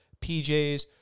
PJs